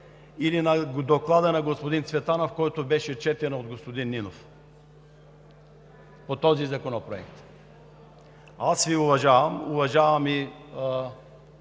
или на доклада на господин Цветанов, който беше четен от господин Нунев по този законопроект? Аз Ви уважавам, уважавам и